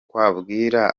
wabwira